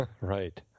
Right